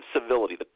civility